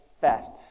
fast